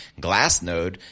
Glassnode